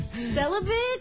Celibate